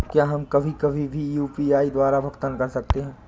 क्या हम कभी कभी भी यू.पी.आई द्वारा भुगतान कर सकते हैं?